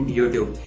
YouTube